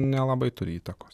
nelabai turi įtakos